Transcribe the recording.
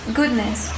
goodness